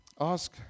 ask